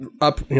up